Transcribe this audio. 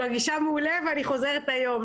אני מרגישה מעולה ואני חוזרת היום.